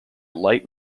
light